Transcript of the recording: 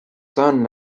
son